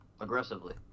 aggressively